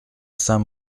saint